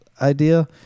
idea